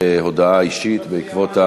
להודעה אישית בעקבות,